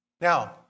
Now